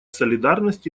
солидарность